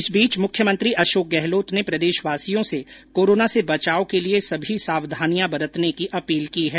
इस बीच मुख्यमंत्री अशोक गहलोत ने प्रदेश वासियों से कोरोना से बचाव के लिए सभी सावधानियां बरतने की अपील की है